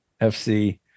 FC